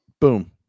boom